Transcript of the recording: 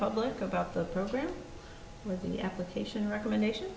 public about the program within the application recommendation